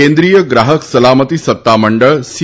કેન્દ્રીય ગ્રાહક સલામતી સત્તામંડળ સી